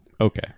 okay